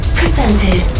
presented